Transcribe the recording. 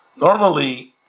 normally